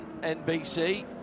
NBC